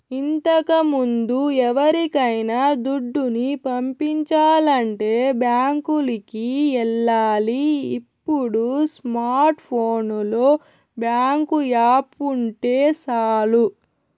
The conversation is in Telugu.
ఇంతకముందు ఎవరికైనా దుడ్డుని పంపించాలంటే బ్యాంకులికి ఎల్లాలి ఇప్పుడు స్మార్ట్ ఫోనులో బ్యేంకు యాపుంటే సాలు